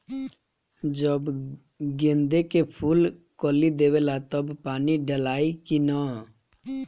जब गेंदे के फुल कली देवेला तब पानी डालाई कि न?